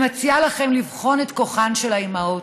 אני מציעה לכם לבחון את כוחן של האימהות.